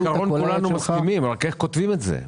על העיקרון כולנו מסכימים, אבל איך כותבים את זה?